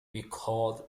recalled